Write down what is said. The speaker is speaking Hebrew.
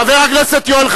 חבר הכנסת אחמד טיבי.